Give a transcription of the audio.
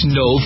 no